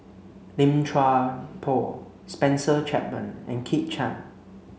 Lim Chuan Poh Spencer Chapman and Kit Chan